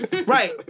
Right